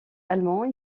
allemand